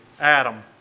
Adam